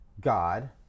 God